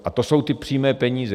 A to jsou ty přímé peníze.